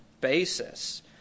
basis